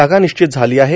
जागा निश्चित झाली आहे